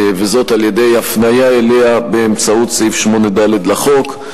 וזאת על-ידי הפניה אליה באמצעות סעיף 8(ד) לחוק.